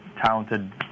talented